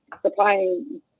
supplying